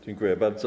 Dziękuję bardzo.